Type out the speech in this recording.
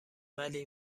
ولی